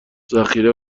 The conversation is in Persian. ذخیره